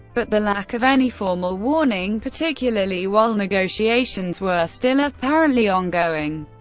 but the lack of any formal warning, particularly while negotiations were still apparently ongoing,